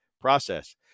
process